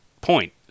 point